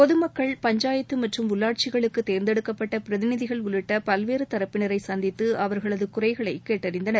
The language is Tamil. பொதுமக்கள் பஞ்சாயத்து மற்றும் உள்ளாட்சிகளுக்கு தேர்ந்தெடுக்கப்பட்ட பிரதிநிதிகள் உள்ளிட்ட பல்வேறு தரப்பினரை சந்தித்து அவர்களது குறைகளை கேட்டறிந்தனர்